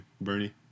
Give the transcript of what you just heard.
Bernie